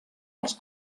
als